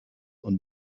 und